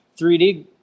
3D